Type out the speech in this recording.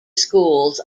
schools